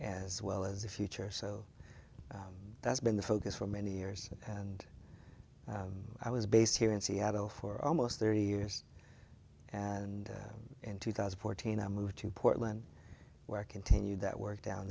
as well as the future so that's been the focus for many years and i was based here in seattle for almost thirty years and in two thousand fourteen i moved to portland where continued that work down